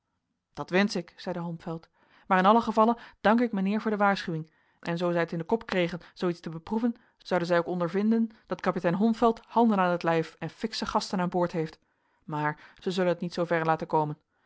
dat wensch ik zeide holmfeld maar in allen gevalle dank ik mijnheer voor de waarschuwing en zoo zij het in den kop kregen zoo iets te beproeven zouden zij ook ondervinden dat kapitein holmfeld handen aan t lijf en fiksche gasten aan boord heeft maar zij zullen het niet zooverre laten komen